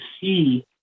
see